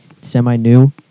Semi-new